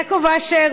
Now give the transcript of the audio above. יעקב אשר,